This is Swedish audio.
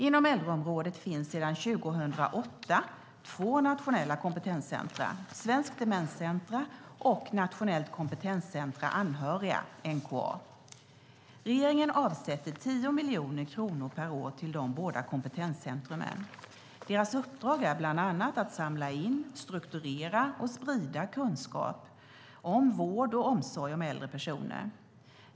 Inom äldreområdet finns sedan 2008 två nationella kompetenscentrum, Svenskt Demenscentrum och Nationellt kompetenscentrum Anhöriga, NkA. Regeringen avsätter 10 miljoner kronor per år till de båda kompetenscentrumen. Deras uppdrag är bland annat att samla in, strukturera och sprida kunskap om vård och omsorg om äldre personer.